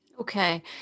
Okay